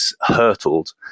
hurtled